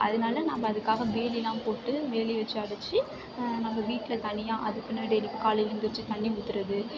அதனால் நம்ம அதுக்காக வேலியெல்லாம் போட்டு வேலி வச்சு அடைச்சி நம்ம வீட்டில் தனியாக அதுக்குன்னு டெய்லி காலையில் எழுந்திரிச்சி தண்ணி ஊற்றுறது